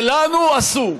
ולנו אסור,